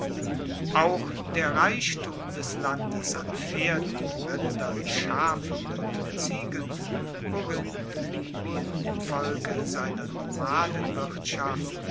auch der reichtum des landes an pferden rindern schafen und ziegen worin libyen infolge seiner